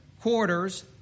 quarters